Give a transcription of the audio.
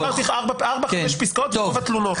בחרתי ארבע-חמש פסקאות, וזה רוב התלונות.